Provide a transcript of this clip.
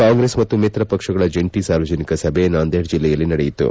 ಕಾಂಗ್ರೆಸ್ ಮತ್ತು ಮಿತ್ರಪಕ್ಷಗಳ ಜಂಟಿ ಸಾರ್ವಜನಿಕ ಸಭೆ ನಾಂದೇಡ್ ಜಿಲ್ಲೆಯಲ್ಲಿ ನಡೆಯಿತು